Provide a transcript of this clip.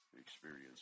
experience